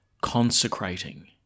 consecrating